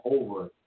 over